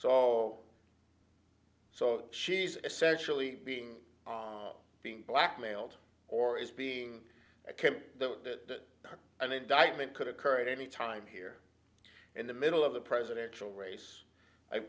so so she's essentially being being blackmailed or is being that an indictment could occur at any time here in the middle of the presidential race